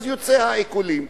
ואז יוצאים העיקולים.